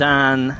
Dan